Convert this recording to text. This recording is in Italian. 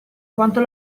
quanto